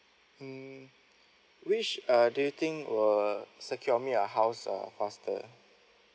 mm which uh do you think will secure me a house uh faster